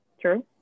True